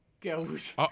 girls